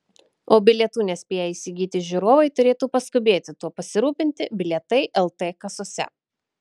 o bilietų nespėję įsigyti žiūrovai turėtų paskubėti tuo pasirūpinti bilietai lt kasose